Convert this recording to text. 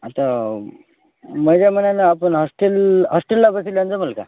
आता मैज्या म्हणाला आपण हॉस्टेल हॉस्टेलला बसल्यानं जमलं का